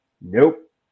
nope